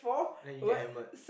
then you get hammered